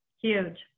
Huge